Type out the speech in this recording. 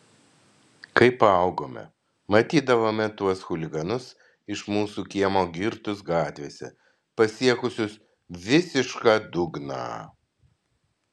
kai paaugome matydavome tuos chuliganus iš mūsų kiemo girtus gatvėse pasiekusius visišką dugną